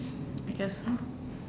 I guess so